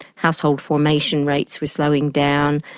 household formation rates were slowing down,